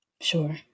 Sure